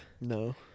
No